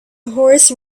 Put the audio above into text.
horse